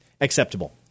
acceptable